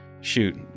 shoot